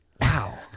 wow